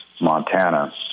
Montana